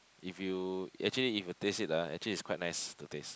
if you actually if you taste it lah actually is quite nice to taste